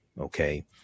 okay